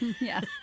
Yes